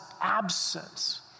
absence